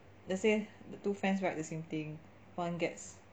let's say the two friends write the same thing one gets